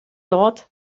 dort